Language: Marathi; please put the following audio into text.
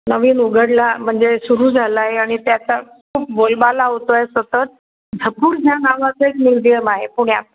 नवीन उघडला म्हणजे सुरू झाला आहे आणि त्याचा खूप बोलबाला होतो आहे सतत झपूर्झा नावाचा एक म्युझियम आहे पुण्यात